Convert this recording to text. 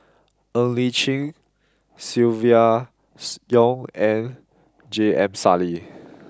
Ng Li Chin Silvia Yong and J M Sali